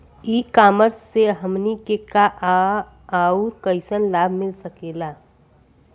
ई कॉमर्स से हमनी के का का अउर कइसन लाभ मिल सकेला?